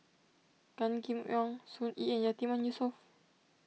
Gan Kim Yong Sun Yee and Yatiman Yusof